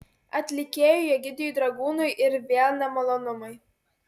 atlikėjui egidijui dragūnui ir vėl nemalonumai